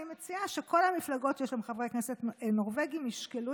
אני מציעה שכל המפלגות שיש להן חברי כנסת נורבגים ישקלו